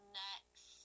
next